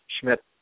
Schmidt